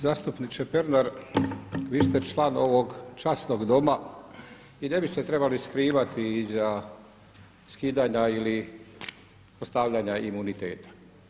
Zastupniče Pernar, vi ste član ovog časnog Doma i ne bi se trebali skrivati iza skidanja ili postavljanja imuniteta.